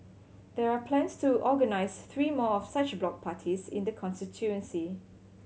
there are plans to organise three more of such block parties in the constituency